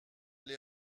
les